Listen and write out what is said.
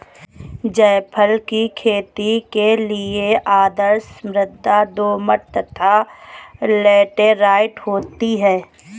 जायफल की खेती के लिए आदर्श मृदा दोमट तथा लैटेराइट होती है